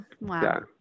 wow